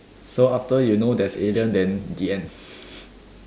so after you know there's alien then the end